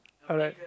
alright